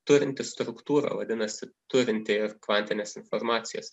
turinti struktūrą vadinasi turinti ir kvantines informacijas